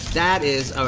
that is,